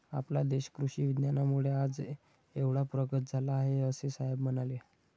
आपला देश कृषी विज्ञानामुळे आज एवढा प्रगत झाला आहे, असे साहेब म्हणाले